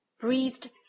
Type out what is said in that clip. breathed